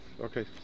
Okay